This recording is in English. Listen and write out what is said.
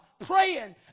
praying